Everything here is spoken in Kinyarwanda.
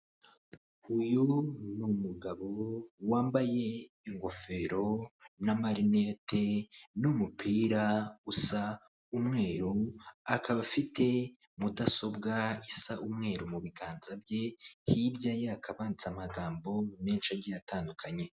Uyu ni umugabo wambaye ingofero n'amarinete n'umupira usa umweru, akaba afite mudasobwa isa umweru mu biganza bye, hirya ye hakaba handitse amagambo menshi agiye atandukanye.